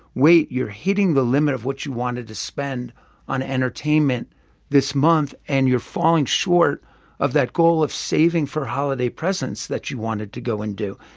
wait, you're hitting the limit of what you wanted to spend on entertainment this month, and you're falling short of that goal of saving for holiday presents that you wanted to go and do.